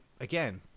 again